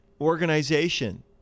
organization